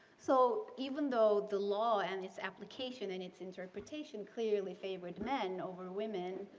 so even though the law and its application and its interpretation clearly favored men over women,